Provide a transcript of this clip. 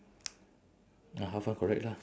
ah half half correct lah